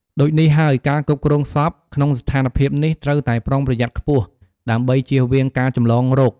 ដូចនេះហើយ ការគ្រប់គ្រងសពក្នុងស្ថានភាពនេះត្រូវតែប្រុងប្រយ័ត្នខ្ពស់ដើម្បីជៀសវាងការចម្លងរោគ។